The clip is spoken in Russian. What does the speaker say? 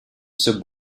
все